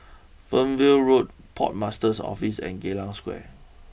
Fernvale Road Port Master's Office and Geylang Square